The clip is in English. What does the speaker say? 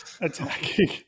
attacking –